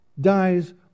dies